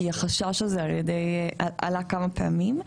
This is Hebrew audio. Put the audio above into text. כי החשש הזה על עלה כמה פעמים.